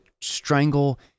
strangle